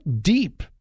deep